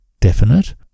definite